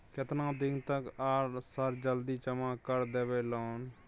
केतना दिन तक आर सर जल्दी जमा कर देबै लोन?